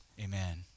amen